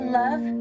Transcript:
love